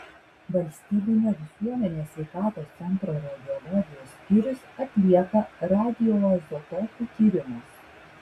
valstybinio visuomenės sveikatos centro radiologijos skyrius atlieka radioizotopų tyrimus